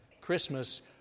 Christmas